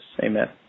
Amen